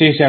చేశాడు